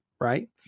right